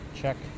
check